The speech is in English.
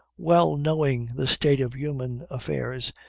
well knowing the state of human affairs,